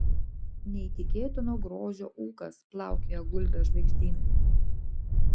neįtikėtino grožio ūkas plaukioja gulbės žvaigždyne